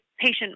Patient